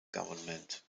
government